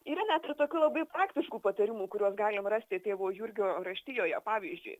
ir net ir tokių labai praktiškų patarimų kuriuos galim rasti tėvo jurgio raštijoje pavyzdžiui